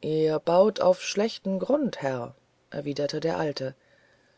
ihr baut auf schlechten grund herr erwiderte der alte